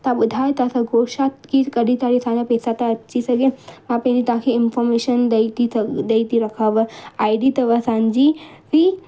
तव्हां ॿुधाए त सघो छा की कढी ताईं असांजा पैसा था अची सघनि मां पंहिंजी तव्हांखे इंफॉर्मेशन ॾेई थी थ ॾेई थी रखांव आईडी अथव असांजी वी